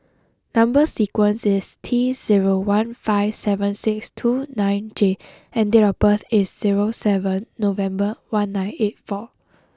number sequence is T zero one five seven six two nine J and date of birth is zero seven November one nine eight four